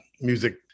music